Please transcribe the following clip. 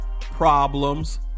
problems